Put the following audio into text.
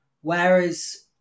whereas